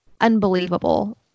unbelievable